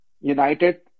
United